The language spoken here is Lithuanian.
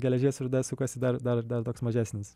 geležies rūda sukasi dar dar toks mažesnis